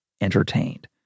entertained